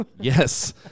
Yes